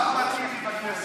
אחמד טיבי בכנסת,